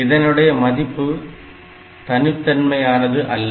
இதனுடைய மதிப்பு தனித்தன்மையானது அல்ல